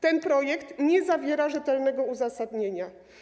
Ten projekt nie zawiera rzetelnego uzasadnienia.